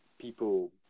people